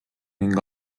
ning